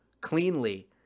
cleanly